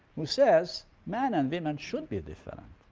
who says men and women should be different.